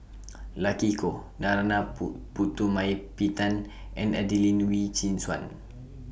Lucy Koh Narana Pool Putumaippittan and Adelene Wee Chin Suan